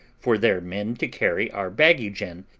for their men to carry our baggage in,